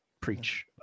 preach